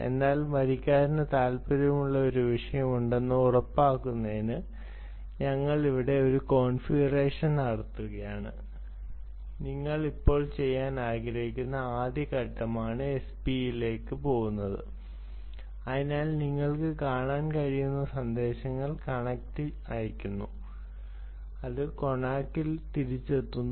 അതിനാൽ വരിക്കാരന് താൽപ്പര്യമുള്ള ഒരു വിഷയം ഉണ്ടെന്ന് ഉറപ്പാക്കുന്നതിന് ഞങ്ങൾ ഇവിടെ ഒരു കോൺഫിഗറേഷൻ നടത്തുകയാണ് നിങ്ങൾ ഇപ്പോൾ ചെയ്യാൻ ആഗ്രഹിക്കുന്ന ആദ്യ ഘട്ടമാണ് SPE ലേക്ക് പോകുന്നത് അതിനാൽ നിങ്ങൾക്ക് കാണാൻ കഴിയുന്ന സന്ദേശങ്ങൾ കണക്റ്റ് അയയ്ക്കുന്നു അത് കൊണാക്കിൽ തിരിച്ചെത്തുന്നു